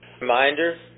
reminder